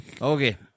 Okay